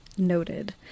noted